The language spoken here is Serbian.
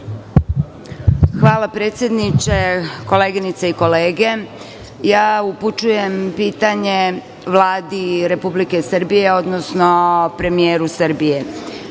Hvala predsedniče, koleginice i kolege, upućujem pitanje Vladi Republike Srbije, odnosno premijeru Srbije. Naime,